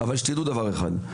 אבל אני רוצה שתדעו דבר אחד,